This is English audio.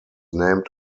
named